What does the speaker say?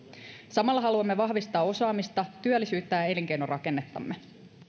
samalla haluamme vahvistaa osaamista työllisyyttä ja elinkeinorakennettamme